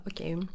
okay